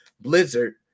Blizzard